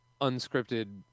unscripted